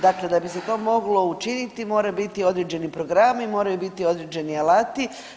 Dakle, da bi se to moglo učiniti moraju biti određeni programi, moraju biti određeni alati.